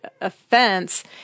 offense